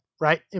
right